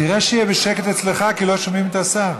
תראה שיהיה שקט אצלך, כי לא שומעים את השר.